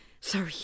Sorry